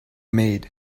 maid